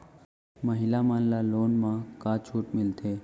महिला मन ला लोन मा का छूट मिलथे?